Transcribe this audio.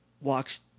walks